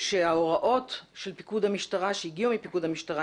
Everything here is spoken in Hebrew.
שההוראות של פיקוד המשטרה שהגיעו מפיקוד המשטרה,